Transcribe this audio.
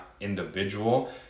individual